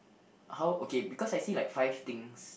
how okay because I see like five things